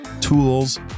tools